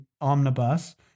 omnibus